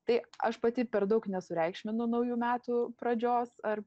tai aš pati per daug nesureikšminu naujų metų pradžios ar